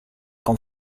con